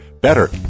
better